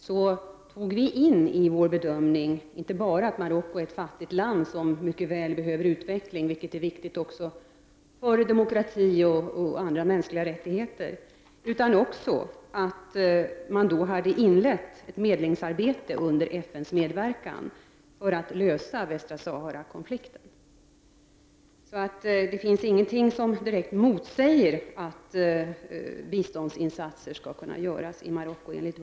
Vi tog då med i bedömningen inte bara det faktum att Marocko är ett fattigt land som mycket väl behöver utveckling — det är viktigt också för demokratin och de mänskliga rättighe terna — utan också det faktum att det då hade inletts ett medlingsarbete under FN:s medverkan för att lösa Västra Sahara-konflikten. Det finns alltså, enligt vår mening, ingenting som direkt säger att biståndsinsatser inte skulle kunna göras i Marocko.